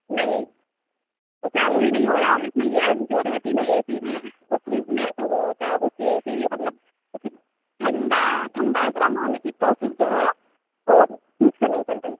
नहीं वह चालू ही नहीं हो रहा इसमें इयर जो रहती है न ए सी में वह फ्रिज़ में तो वह चा उससे ए सी भी मतलब ए सी ठंडा ठंडा और गर्म होने की प्रोसेस जो है वह ठीक से नहीं चल रही है